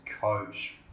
Coach